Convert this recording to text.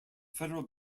federal